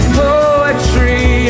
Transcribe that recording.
poetry